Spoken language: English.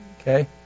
okay